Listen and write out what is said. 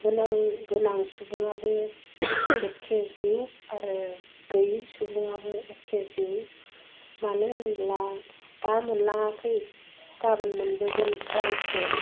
गोनां गोनां सुबुङाबो एके जिउ आरो गैयै सुबुङाबो एके जिउ मानो होनब्ला दा मोनलाङाखै गाबोन मोनबोगोन रांखौ